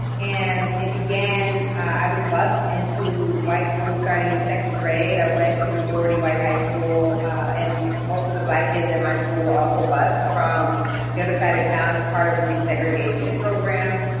and it began i was bused into white school starting in the second grade, i went to a majority-white high school and most of the black kids in my school were also bused from the other side of town as part of a desegregation program.